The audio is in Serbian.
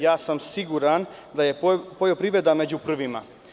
Ja sam siguran da je poljoprivreda među prvima.